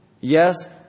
Yes